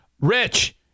Rich